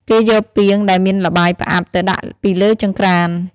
គេយកពាងដែលមានល្បាយផ្អាប់ទៅដាក់ពីលើចង្រ្កាន។